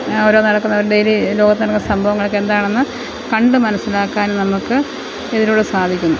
ഇങ്ങനെ ഓരോന്ന് നടക്കുന്നതും ഡെയിലി ലോകത്ത് നടക്കുന്ന സംഭവങ്ങളൊക്കെ എന്താണെന്ന് കണ്ടു മനസ്സിലാക്കാൻ നമുക്ക് ഇതിലൂടെ സാധിക്കുന്നു